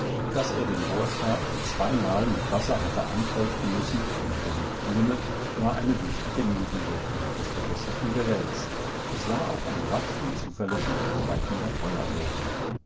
daß er den bohrstab zweimal mit wasser hatte anfeuchten müssen damit er nicht glimme war eine wichtige nebenwirkung des verbesserten geräts es war auch ein rasch und zuverlässig arbeitender